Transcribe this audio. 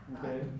okay